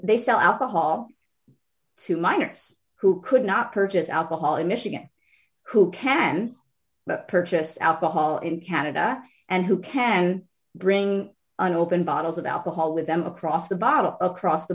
they sell alcohol to minors who could not purchase alcohol in michigan who can purchase alcohol in canada and who can bring an open bottles of alcohol with them across the bottom across the